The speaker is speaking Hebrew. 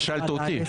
אבל שאלת אותי.